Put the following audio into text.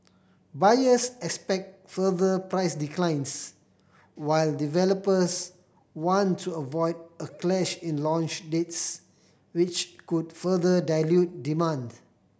buyers expect further price declines while developers want to avoid a clash in launch dates which could further dilute demand